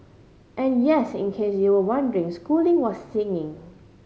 and yes in case you were wondering schooling was singing